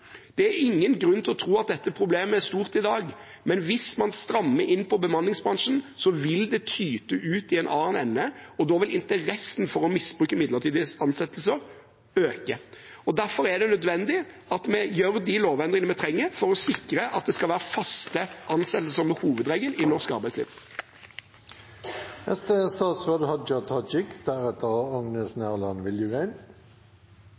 Det er ingen grunn til å tro at dette problemet er stort i dag, men hvis man strammer inn på bemanningsbransjen, vil det tyte ut i en annen ende, og da vil interessen for å misbruke midlertidige ansettelser øke. Derfor er det nødvendig at vi gjør de lovendringene vi trenger for å sikre at det skal være faste ansettelser som er hovedregelen i norsk arbeidsliv.